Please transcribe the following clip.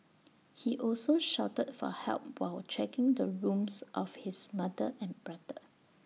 he also shouted for help while checking the rooms of his mother and brother